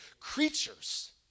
creatures